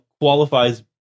qualifies